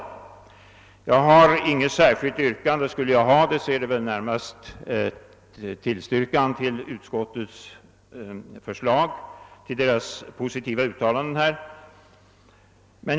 Jag har inget yrkande, men om jag hade det skulle det närmast vara en tillstyrkan till utskottets positiva skrivning och förslag.